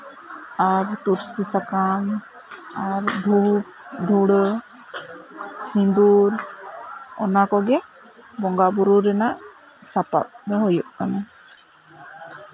ᱟᱨ ᱛᱩᱞᱥᱤ ᱥᱟᱠᱟᱢ ᱟᱨ ᱫᱷᱩᱯ ᱫᱷᱩᱬᱟᱹ ᱥᱤᱢᱫᱩᱨ ᱚᱱᱟ ᱠᱚᱜᱮ ᱵᱚᱸᱜᱟᱼᱵᱩᱨᱩ ᱨᱮᱭᱟᱜ ᱥᱟᱯᱟᱯ ᱫᱚ ᱦᱩᱭᱩᱜ ᱠᱟᱱᱟ